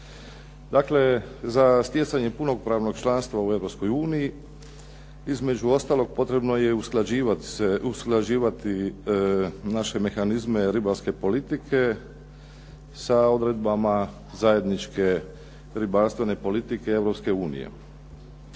Dakle, za stjecanje punopravnog članstva u Europskoj uniji između ostalog potrebno je usklađivati naše mehanizme ribarske politike sa odredbama zajedničke ribarstvene politike